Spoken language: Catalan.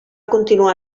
continuar